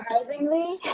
surprisingly